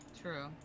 True